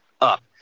up